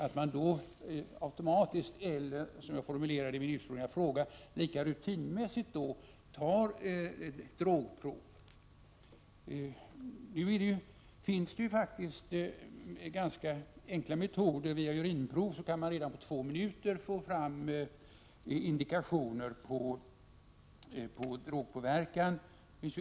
Tas det då drogprov automatiskt, eller, som jag formulerade min ursprungliga fråga, lika rutinmässigt? Nu finns det faktiskt ganska enkla metoder. Via urinprov kan man redan på två minuter få fram indikation på drogpåverkan.